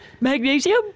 Magnesium